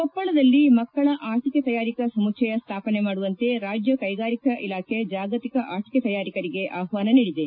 ಕೊಪ್ಪಳದಲ್ಲಿ ಮಕ್ಕಳ ಆಟಕೆ ತಯಾರಿಕಾ ಸಮುಭ್ಗಯ ಸ್ಥಾಪನೆ ಮಾಡುವಂತೆ ರಾಜ್ಗ ಕೈಗಾರಿಕೆ ಇಲಾಖೆ ಜಾಗತಿಕ ಆಟಕೆ ತಯಾರಿಕರಿಗೆ ಆಹ್ಲಾನ ನೀಡಿದೆ